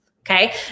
Okay